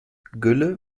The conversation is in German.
gülle